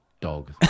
dog